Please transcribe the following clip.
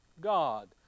God